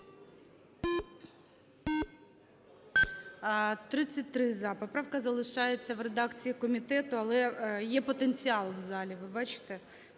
За-33 Поправка залишається в редакції комітету, але є потенціал в залі, ви бачите,